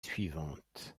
suivante